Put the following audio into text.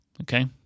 Okay